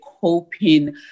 coping